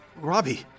Robbie